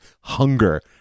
hunger